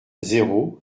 zéro